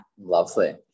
Lovely